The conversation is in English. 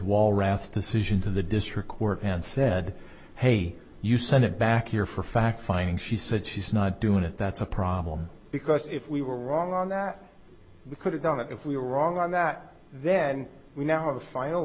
wallraff decision to the district court and said hey you sent it back here for a fact finding she said she's not doing it that's a problem because if we were wrong on that we could have done it if we were wrong on that then we now